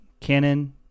canon